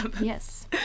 Yes